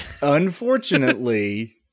Unfortunately